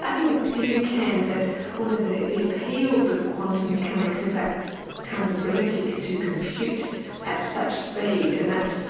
i think for you ken that one of the the appeals of quantum mechanics is that kind of ability to to compute at such speed and that's